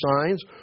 signs